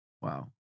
Wow